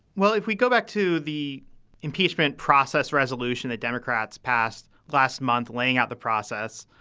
well, if we go back to the impeachment process resolution that democrats passed last month, laying out the process,